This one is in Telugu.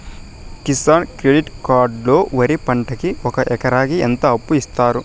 కిసాన్ క్రెడిట్ కార్డు లో వరి పంటకి ఒక ఎకరాకి ఎంత అప్పు ఇస్తారు?